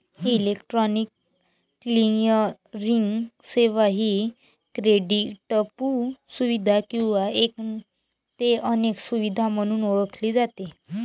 electronic clearing सेवा ही क्रेडिटपू सुविधा किंवा एक ते अनेक सुविधा म्हणून ओळखली जाते